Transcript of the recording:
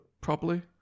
properly